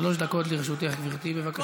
שלוש דקות לרשותך, גברתי, בבקשה.